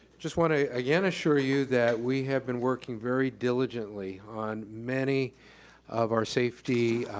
just wanna again assure you that we have been working very diligently on many of our safety